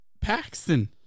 Paxton